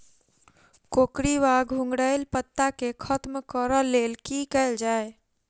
कोकरी वा घुंघरैल पत्ता केँ खत्म कऽर लेल की कैल जाय?